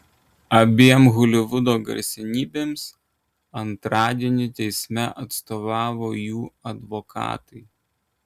abiem holivudo garsenybėms antradienį teisme atstovavo jų advokatai